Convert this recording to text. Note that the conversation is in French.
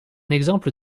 exemple